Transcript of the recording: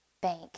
bank